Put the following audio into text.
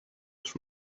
was